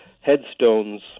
headstones